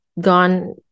gone